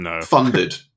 funded